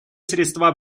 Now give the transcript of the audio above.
средства